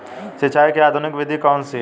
सिंचाई की आधुनिक विधि कौन सी है?